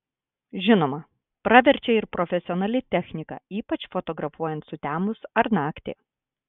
žinoma praverčia ir profesionali technika ypač fotografuojant sutemus ar naktį